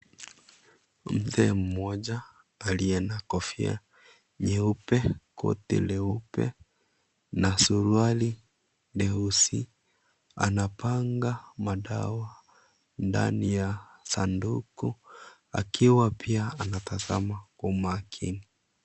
Mzee mmoja aliye na kofia nyeupe, koti leupe na suruali nyeusi anapanga madawa ndani ya sanduku akiwa pia anazama kwa umakini.